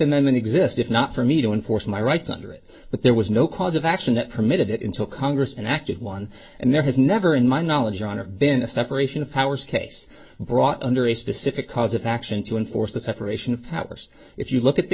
amendment exist if not for me to enforce my rights under it but there was no cause of action that permitted it until congress enacted one and there has never in my knowledge on a been a separation of powers case brought under a specific cause of action to enforce the separation of powers if you look at the